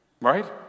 Right